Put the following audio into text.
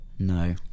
no